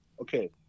Okay